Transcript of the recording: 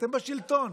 אתם בשלטון.